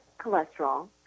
cholesterol